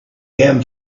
him